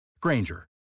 Granger